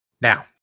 Now